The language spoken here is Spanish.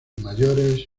mayores